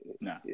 No